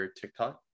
TikTok